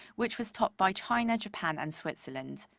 which was topped by china, japan and switzerland.